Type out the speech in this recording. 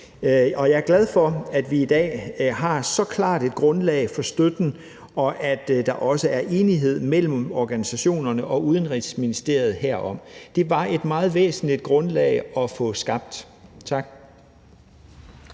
jeg er glad for, at vi i dag har så klart et grundlag for støtten, og at der også er enighed mellem organisationerne og Udenrigsministeriet herom. Det var et meget væsentligt grundlag at få skabt. Tak.